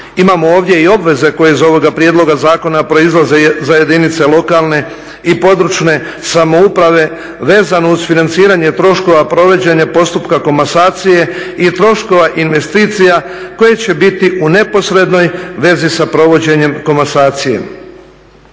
Imamo ovdje i obveze koje iz ovoga prijedloga zakona proizlaze za jedinice lokalne i područne samouprave vezano uz financiranje troškova provođenja postupka komasacije i troškova investicija koje će biti u neposrednoj vezi sa provođenjem komasacije.